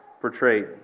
portrayed